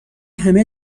همه